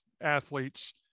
athletes